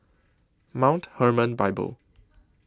Mount Hermon Bible